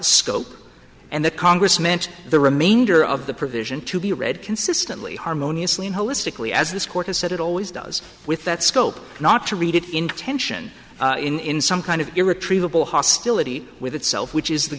scope and the congress meant the remainder of the provision to be read consistently harmoniously holistically as this court has said it always does with that scope not to read it in tension in some kind of irretrievable hostility with itself which is the